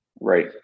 Right